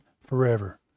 forever